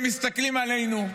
הם מסתכלים עלינו.